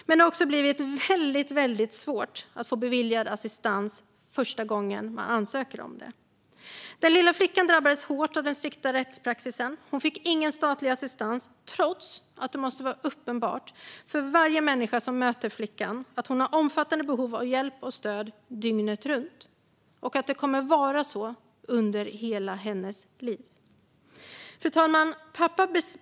Men det har också blivit väldigt svårt att få assistans beviljad första gången man ansöker om den. Den lilla flickan drabbades hårt av den strikta rättspraxisen. Hon fick ingen statlig assistans, trots att det måste vara uppenbart för varje människa som möter flickan att hon har omfattande behov av hjälp och stöd dygnet runt - och att det kommer att vara så under hela hennes liv. Fru talman!